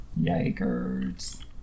Yikers